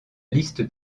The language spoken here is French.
liste